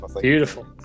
beautiful